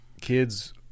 kids